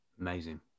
Amazing